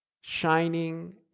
shining